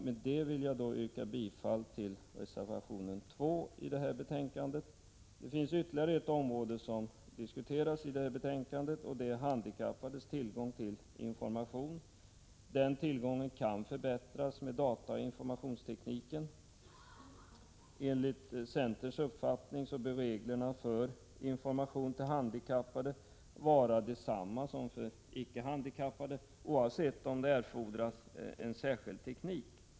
Med detta yrkar jag bifall till reservation 2 i betänkandet. Ytterligare ett område diskuteras i detta betänkande. Det handlar om de handikappades tillgång till information. Den tillgången kan förbättras med dataoch informationstekniken. Enligt centerns uppfattning bör reglerna för information till handikappade vara desamma som för icke handikappade, oavsett om det erfordras en särskild teknik.